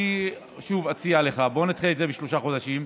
אני שוב אציע לך: בוא נדחה את זה בשלושה חודשים,